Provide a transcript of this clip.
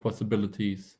possibilities